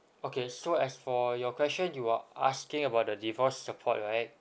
okay so as for your question you are asking about the divorce support right